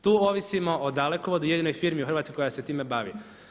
Tu ovisimo o Dalekovodu, jedinoj firmi u Hrvatskoj koja se time bavi.